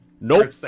Nope